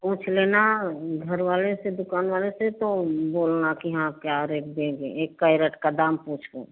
पूछ लेना घर वाले से दुकान वाले से तो बोलना कि हाँ क्या रेट देंगे एक कैरेट का दाम पूछो